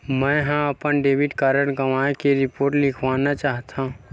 मेंहा अपन debit card गवाए के रिपोर्ट लिखना चाहत हव